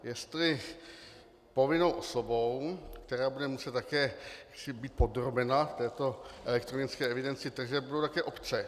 Jestli povinnou osobou, která bude muset také být podrobena této elektronické evidenci tržeb, budou také obce.